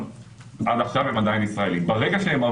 אחרי שבוע של קבוצה כזאת וקבוצה כזאת